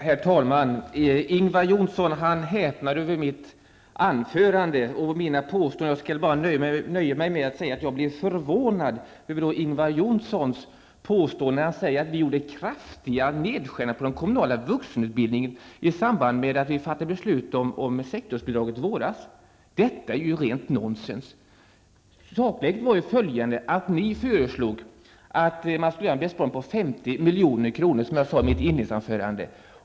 Herr talman! Ingvar Johnsson häpnar över mitt anförande och mina påståenden. Jag skall nöja mig med att säga att jag blev förvånad över Ingvar Johnssons påstående. Han säger att vi föreslog kraftiga nedskärningar på den kommunala vuxenutbildningen i samband med att vi fattade beslut om sektorsbidraget i våras. Det är rent nonsens. Sakläget var att ni föreslog att man skulle göra en besparing på 50 milj.kr., som jag sade i mitt inledningsanförande.